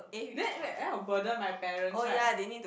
then wait then I'll burden my parents right